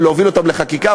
ולהוביל אותם לחקיקה,